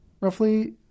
roughly